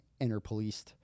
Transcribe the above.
interpoliced